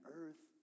earth